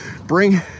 bring